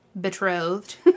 betrothed